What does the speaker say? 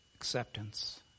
acceptance